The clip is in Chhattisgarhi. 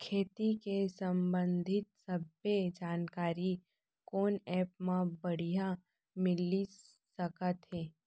खेती के संबंधित सब्बे जानकारी कोन एप मा बढ़िया मिलिस सकत हे?